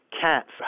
Cats